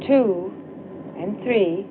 two and three